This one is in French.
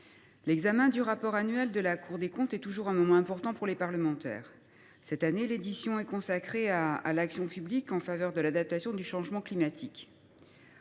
l’examen du rapport public annuel de la Cour des comptes est toujours un moment important pour les parlementaires. Cette année, le thème central du rapport est l’action publique en faveur de l’adaptation au changement climatique.